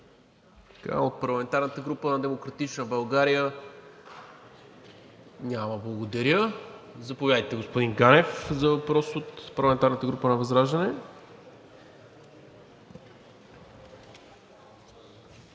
От парламентарната група на „Демократична България“? Няма въпрос. Заповядайте, господин Ганев, за въпрос от парламентарната група на ВЪЗРАЖДАНЕ.